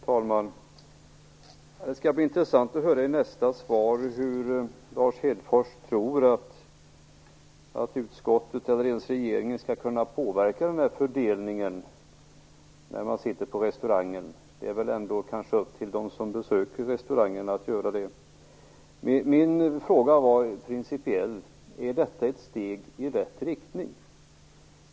Fru talman! Det skall bli intressant att höra i nästa svar hur Lars Hedfors tror att utskottet eller ens regeringen skall kunna påverka fördelningen mellan mat och alkohol när folk sitter där på restaurangen. Det är väl ändå upp till dem som besöker restaurangen att göra det. Min fråga var principiell. Är detta ett steg i rätt riktning?